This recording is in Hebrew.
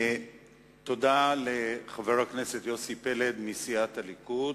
תודה לחבר הכנסת יוסי פלד מסיעת הליכוד.